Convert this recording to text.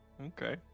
Okay